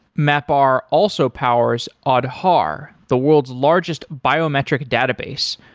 mapr also powers aadhaar, the world's largest biometric database,